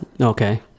Okay